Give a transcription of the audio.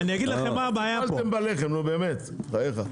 אז הורדתם בלחם, נו באמת, בחייך.